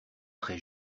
très